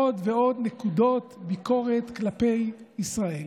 עוד ועוד נקודות ביקורת כלפי ישראל.